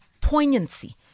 poignancy